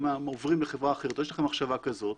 עוברים לחברה אחרת או יש לכם מחשבה כזאת,